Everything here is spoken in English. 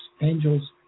Angels